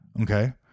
Okay